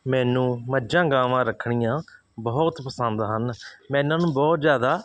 ਮੈਨੂੰ ਮੱਝਾਂ ਗਾਵਾਂ ਰੱਖਣੀਆਂ ਬਹੁਤ ਪਸੰਦ ਹਨ ਮੈਂ ਇਹਨਾਂ ਨੂੰ ਬਹੁਤ ਜ਼ਿਆਦਾ